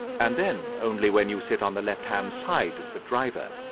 and then only when you sit on the left-hand side of the driver.